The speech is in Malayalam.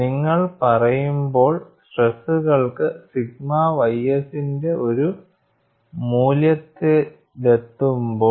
നിങ്ങൾ പറയുമ്പോൾ സ്ട്രെസ്സുകൾ സിഗ്മ ys ന്റെ ഒരു മൂല്യത്തിലെത്തുമ്പോൾ